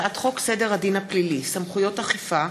הצעת חוק סדר הדין הפלילי (סמכויות אכיפה,